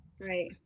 Right